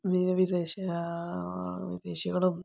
വിദേശ വിദേശികളും